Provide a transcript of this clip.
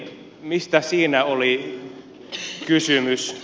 mistä siinä oli kysymys